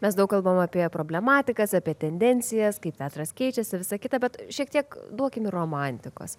mes daug kalbam apie problematikas apie tendencijas kaip teatras keičiasi visa kita bet šiek tiek duokim ir romantikos